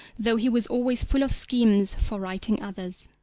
though he was always full of schemes for writing others.